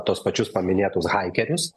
tuos pačius paminėtus haikerius